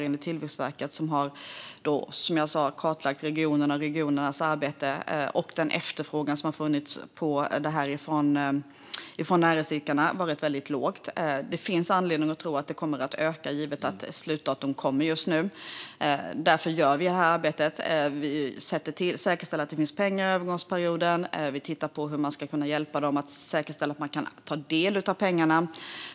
Enligt Tillväxtverket, som har kartlagt regionernas arbete och näringsidkarnas efterfrågan på stöd, har efterfrågan varit väldigt låg. Det finns anledning att tro att den kommer att öka, givet att ett slutdatum snart kommer. Därför gör vi det här arbetet. Vi säkerställer att det finns pengar under övergångsperioden. Vi tittar på hur man ska kunna hjälpa dem att säkerställa att de kan ta del av pengarna.